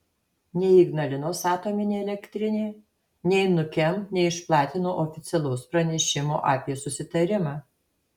nei ignalinos atominė elektrinė nei nukem neišplatino oficialaus pranešimo apie susitarimą